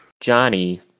Johnny